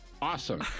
Awesome